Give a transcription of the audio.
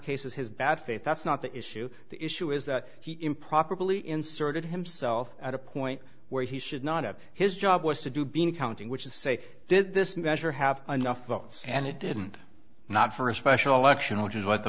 cases his bad faith that's not the issue the issue is that he improperly inserted himself at a point where he should not have his job was to do bean counting which is say did this measure have enough votes and it didn't not for a special election which is what the